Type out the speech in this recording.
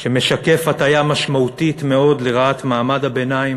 שמשקף הטיה משמעותית מאוד לרעת מעמד הביניים